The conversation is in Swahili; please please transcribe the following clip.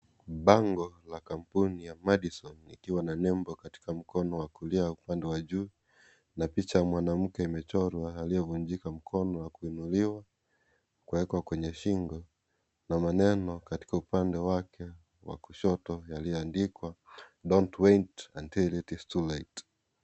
Bango la kampuni ya Madison likiwa na nembo katika mkono wa kulia upande wa juu, na picha ya mwanamke imechora aliyevunjika mkono wa kuinuliwa, kuwekwa kwenye shingo na maneno katika upande wake wa kushoto yaliyoandikwa Don't wait until it is too late .